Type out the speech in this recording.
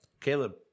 Caleb